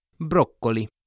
Broccoli